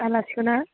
आलासिखौना